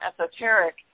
esoteric